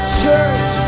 church